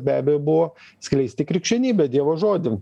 be abejo buvo skleisti krikščionybę dievo žodį